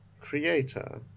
creator